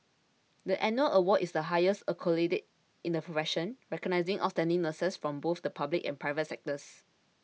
the annual award is the highest accolade in the profession recognising outstanding nurses from both the public and private sectors